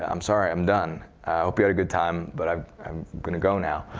i'm sorry. i'm done. i hope you had a good time, but i'm i'm going to go now.